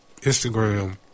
Instagram